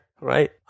Right